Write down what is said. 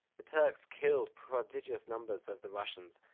the turks killed prodigious numbers of the russians,